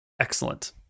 Excellent